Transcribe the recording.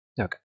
Okay